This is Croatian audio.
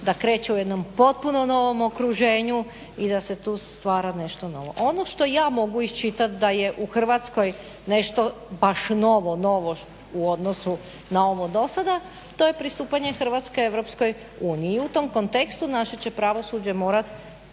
da kreće u jednom potpuno novom okruženju i da se tu stvara nešto novo. Ono što ja mogu iščitat da je u Hrvatskoj nešto baš novo, novo u odnosu na ovo do sada to je pristupanje Hrvatske EU. I u tom kontekstu naše će pravosuđe morat